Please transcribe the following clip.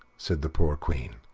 said the poor queen.